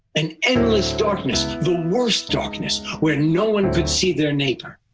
an endless darkness, the worst darkness where no one could see their neighbor.